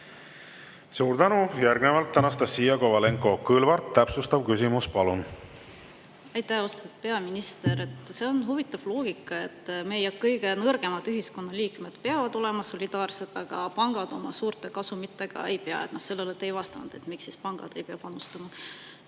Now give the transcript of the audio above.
Suur tänu! Järgnevalt Anastassia Kovalenko-Kõlvart, täpsustav küsimus. Palun! Aitäh! Austatud peaminister! See on huvitav loogika, et meie kõige nõrgemad ühiskonnaliikmed peavad olema solidaarsed, aga pangad oma suurte kasumitega ei pea. Sellele te ei vastanud, miks siis pangad ei pea panustama.